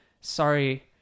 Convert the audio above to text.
sorry